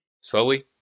Slowly